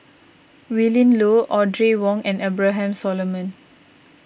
Willin Low Audrey Wong and Abraham Solomon